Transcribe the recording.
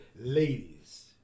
ladies